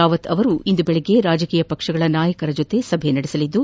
ರಾವತ್ ಅವರು ಇಂದು ಬೆಳಗ್ಗೆ ರಾಜಕೀಯ ಪಕ್ಷಗಳ ನಾಯಕರ ಜತೆ ಸಭೆ ನಡೆಸಲಿದ್ದು